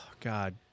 God